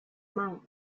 monk